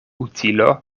utilo